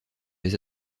les